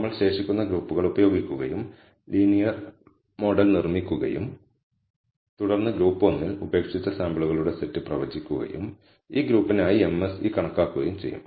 നമ്മൾ ശേഷിക്കുന്ന ഗ്രൂപ്പുകൾ ഉപയോഗിക്കുകയും ലീനിയർ മോഡൽ നിർമ്മിക്കുകയും തുടർന്ന് ഗ്രൂപ്പ് 1 ൽ ഉപേക്ഷിച്ച സാമ്പിളുകളുടെ സെറ്റ് പ്രവചിക്കുകയും ഈ ഗ്രൂപ്പിനായി MSE കണക്കാക്കുകയും ചെയ്യും